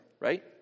right